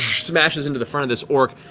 smashes into the front of this orc,